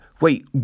Wait